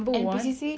N_P_C_C